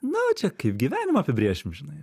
nu čia kaip gyvenimą apibrėšim žinai